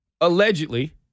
allegedly